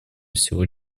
всего